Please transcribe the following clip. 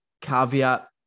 caveat